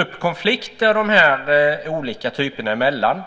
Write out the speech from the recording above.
upp konflikter de olika typerna emellan.